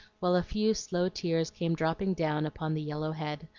while a few slow tears came dropping down upon the yellow head,